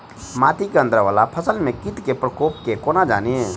माटि केँ अंदर वला फसल मे कीट केँ प्रकोप केँ कोना जानि?